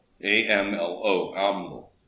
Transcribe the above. A-M-L-O